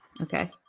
okay